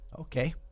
Okay